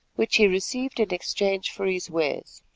which he received in exchange for his wares.